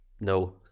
No